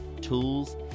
tools